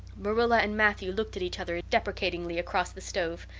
marilla and matthew looked at each other deprecatingly across the stove.